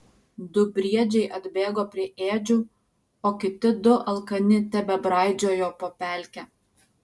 du briedžiai atbėgo prie ėdžių o kiti du alkani tebebraidžiojo po pelkę